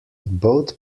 both